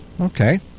okay